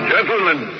Gentlemen